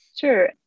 Sure